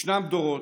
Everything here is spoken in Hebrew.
ישנם דורות,